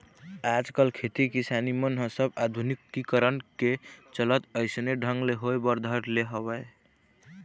आजकल खेती किसानी मन ह सब आधुनिकीकरन के चलत अइसने ढंग ले होय बर धर ले हवय